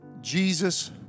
Jesus